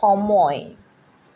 সময়